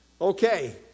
Okay